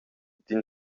d’in